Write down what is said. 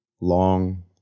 long